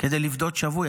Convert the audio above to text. כדי לפדות שבוי,